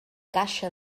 caixa